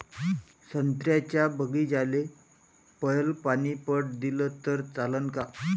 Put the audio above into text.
संत्र्याच्या बागीचाले पयलं पानी पट दिलं त चालन का?